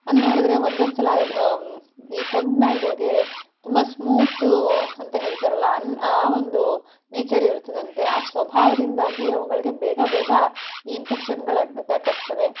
ಅದು ನೋಡಿದರೆ ಒಂದೊಂದುಸಲ ಈ ಪಗ್ ನಾಯಿಗಳಿಗೆ ತುಂಬ ಸ್ಮೂತು ಅಂತ ಹೇಳ್ತಾರಲ್ಲ ಅನ್ನೊ ಆ ಒಂದು ನೇಚರ್ ಇರುತ್ತದಂತೆ ಆ ಸ್ವಭಾವದಿಂದಾಗಿ ಅವುಗಳಿಗೆ ಬೇಗ ಬೇಗ ಈ ಇನ್ಫೆಕ್ಷನ್ನುಗಳು ಅಂಟು ಅಟ್ಯಾಕಾಗ್ತವೆ